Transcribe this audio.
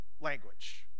language